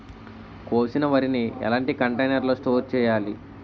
కోసిన వరిని ఎలాంటి కంటైనర్ లో స్టోర్ చెయ్యాలి?